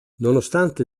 nonostante